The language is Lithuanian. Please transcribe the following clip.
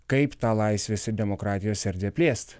kaip tą laisvės demokratijos erdvę plėsti